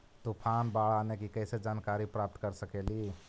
तूफान, बाढ़ आने की कैसे जानकारी प्राप्त कर सकेली?